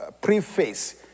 preface